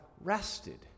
rested